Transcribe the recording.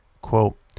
Quote